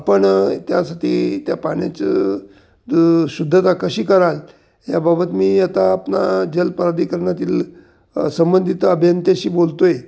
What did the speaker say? आपण त्यासाठी त्या पाण्याचं शुद्धता कशी कराल याबाबत मी आता आपणा जलप्राधिकरणातील संबंधित अभियंत्याशी बोलतो आहे